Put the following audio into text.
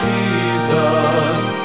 Jesus